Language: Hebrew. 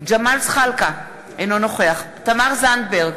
ג'מאל זחאלקה, אינו נוכח תמר זנדברג,